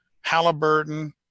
Halliburton